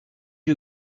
you